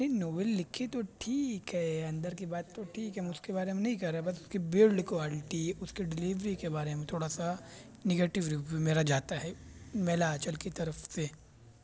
نہیں ناول لکھی تو ٹھیک ہے اندر کی بات تو ٹھیک ہے ہم اس کے بارے میں نہیں کہہ رہے بس اس کے بلڈ کوالٹی اس کے ڈلیوری کے بارے میں تھوڑا سا نگیٹو ریویو میرا جاتا ہے میلا آنچل کی طرف سے